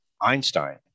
Einstein